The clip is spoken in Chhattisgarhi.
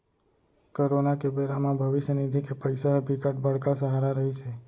कोरोना के बेरा म भविस्य निधि के पइसा ह बिकट बड़का सहारा रहिस हे